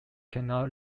cannot